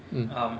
mm